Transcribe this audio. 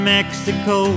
Mexico